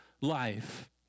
life